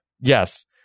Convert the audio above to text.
Yes